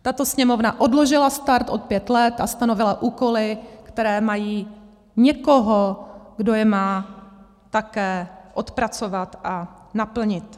Tato Sněmovna odložila start o pět let a stanovila úkoly, které mají někoho, kdo je má také odpracovat a naplnit.